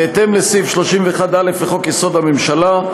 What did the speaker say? בהתאם לסעיף 31(א) לחוק-יסוד: הממשלה,